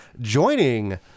joining